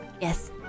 Yes